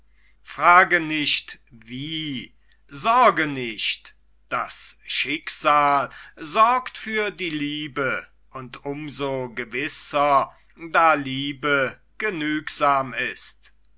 frage nicht wie sorge nicht das schicksal sorgt für die liebe und um so gewisser da liebe genügsam ist